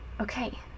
okay